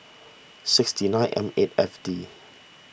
sixty nine M eight F D